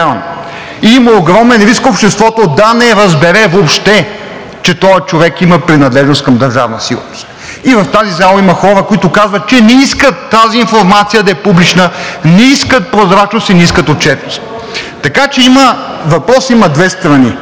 има огромен риск обществото да не разбере въобще, че този човек има принадлежност към Държавна сигурност. И в тази зала има хора, които казват, че не искат тази информация да е публична, не искат прозрачност и не искат отчетност. Въпросът има две страни.